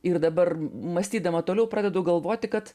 ir dabar mąstydama toliau pradedu galvoti kad